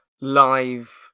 live